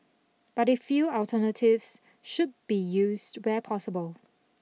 but they feel alternatives should be used where possible